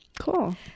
Cool